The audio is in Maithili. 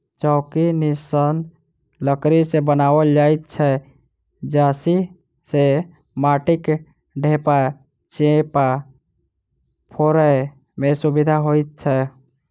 चौकी निस्सन लकड़ी सॅ बनाओल जाइत छै जाहि सॅ माटिक ढेपा चेपा फोड़य मे सुविधा होइत छै